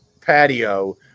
patio